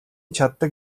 чаддаг